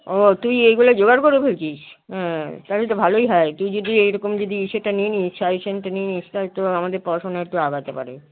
ও তুই এইগুলা জোগাড় করে ফেলছিস হ্যাঁ তাহলে তো ভালোই হয় তুই যদি এইরকম যদি ইসেটা নিয়ে নিস সাজেশনটা নিয়ে নিস তাহলে তো আমাদের পড়াশুনা একটু আগাতে পারে